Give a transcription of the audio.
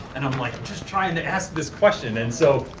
and i'm like just trying to ask this question, and so,